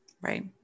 Right